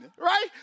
Right